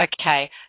Okay